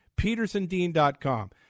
petersondean.com